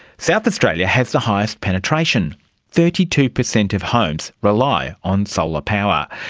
south australia has the highest penetration thirty two percent of homes rely on solar power.